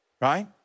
right